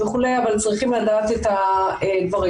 אבל צריכים לדעת את הדברים.